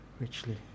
richly